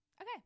Okay